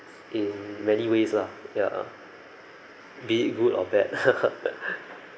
in many ways lah ya be it good or bad